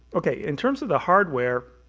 okay, in terms of the hardware,